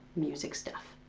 music stuff!